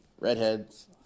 redheads